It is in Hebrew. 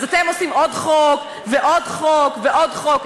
אז אתם עושים עוד חוק ועוד חוק ועוד חוק.